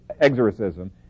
exorcism